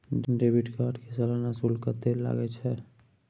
Debit card के सालाना शुल्क कत्ते लगे छै?